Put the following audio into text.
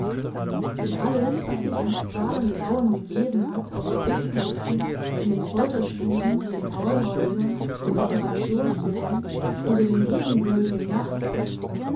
denn alles was sich an qual und grauen begeben hat auf den richt plätzen in den folterstuben den tollhäusern den operationssälen unter den brückenbögen im